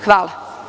Hvala.